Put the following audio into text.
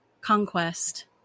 Conquest